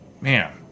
man